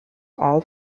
all